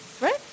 right